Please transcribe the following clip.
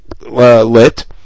lit